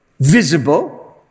Visible